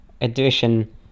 edition